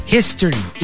History